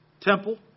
temple